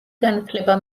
განათლება